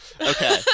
Okay